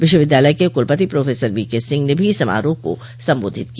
विश्वविद्यालय के कुलपति प्रोफेसर वीके सिंह ने भी समारोह को सम्बोधित किया